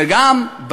וגם,